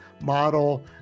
model